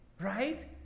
right